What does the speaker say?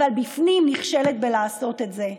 אבל בפנים נכשלת לעשות את זה.